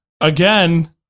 Again